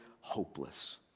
hopeless